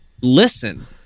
listen